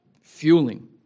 fueling